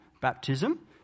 baptism